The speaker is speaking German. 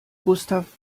gustav